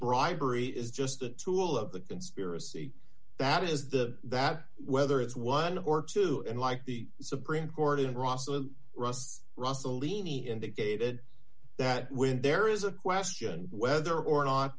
bribery is just a tool of the conspiracy that is the that whether it's one or two and like the supreme court in roswell russ russell leni indicated that when there is a question whether or not